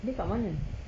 dia kat mana